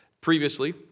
Previously